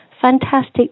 fantastic